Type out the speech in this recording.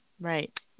Right